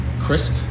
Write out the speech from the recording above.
crisp